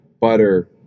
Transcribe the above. butter